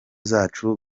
zacu